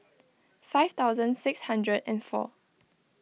five thousand six hundred and four